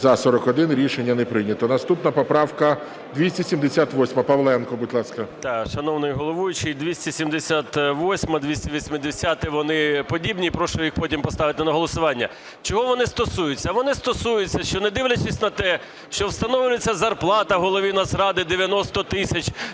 За-41 Рішення не прийнято. Наступна поправка 278. Павленко, будь ласка. 11:45:02 ПАВЛЕНКО Ю.О. Шановний головуючий, 278-а, 280-а вони подібні, прошу їх потім поставити на голосування. Чого вони стосуються? Вони стосуються, що не дивлячись на те, що встановлюється зарплата голові Нацради 90 тисяч,